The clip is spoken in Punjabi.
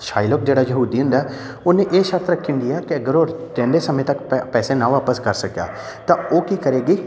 ਸ਼ਾਇਲਬ ਜਿਹੜਾ ਯਹੂਦੀ ਹੁੰਦਾ ਉਹਨੇ ਇਹ ਸ਼ਰਤ ਰੱਖੀ ਹੁੰਦੀ ਆ ਕਿ ਅਗਰ ਉਹ ਰਹਿੰਦੇ ਸਮੇਂ ਤੱਕ ਪੈ ਪੈਸੇ ਨਾ ਵਾਪਸ ਕਰ ਸਕਿਆ ਤਾਂ ਉਹ ਕੀ ਕਰੇਗੀ